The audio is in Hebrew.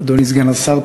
אדוני סגן השר,